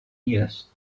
years